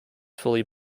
fully